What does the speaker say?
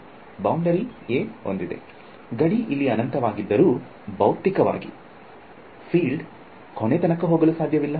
ವಿದ್ಯಾರ್ಥಿ ಬೌಂಡರಿ ಇಲ್ಲಿ a ಹೊಂದಿದೆ ಗಡಿ ಇಲ್ಲಿ ಅನಂತವಾಗಿದ್ದರು ಬೌತಿಕವಾದ ಫೀಲ್ಡ್ ಕೊನೆತನಕ ಹೋಗಲು ಸಾಧ್ಯವಿಲ್ಲ